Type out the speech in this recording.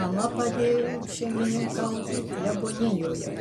mama padėjo šeimininkauti klebonijoje